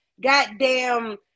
Goddamn